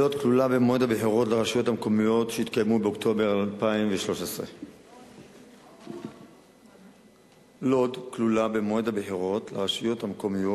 1 2. לוד כלולה במועד הבחירות לרשויות המקומיות